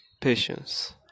patience